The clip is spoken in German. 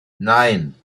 nein